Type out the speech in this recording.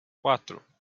quatro